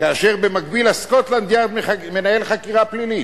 כאשר במקביל ה"סקוטלנד יארד" מנהל חקירה פלילית,